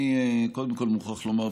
אני קודם כול מוכרח לומר,